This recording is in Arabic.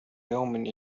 يوم